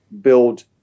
build